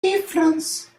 difference